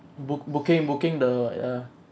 book booking booking the uh